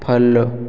follow